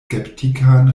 skeptikan